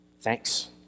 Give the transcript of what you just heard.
Thanks